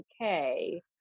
okay